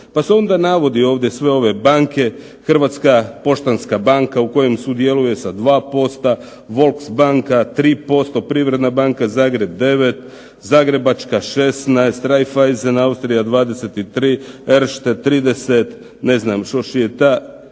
Pa se onda navodi ovdje sve ove banke, Hrvatska poštanska banka u kojem sudjeluje sa 2%, Volksbanka 3%, Privredna banka Zagreb 9, Zagrebačka 16, Raiffeisen Austrija 23, Erste 30, Societe